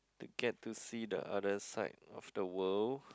to get to see the other side of the world